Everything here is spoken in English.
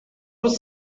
was